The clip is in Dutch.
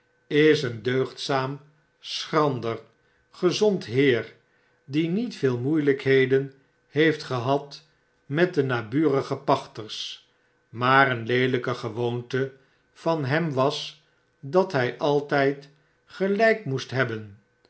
is een deugdzaam schrander gezond heer die niet veel moeielykheden heeft gehad met de naburige pachters maar een leelijke gewoonte van hem was dat hi altijd gelyk moest hebben